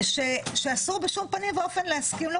שאסור בשום פנים ואופן להסכים לו,